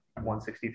163